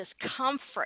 discomfort